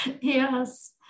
yes